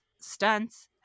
stunts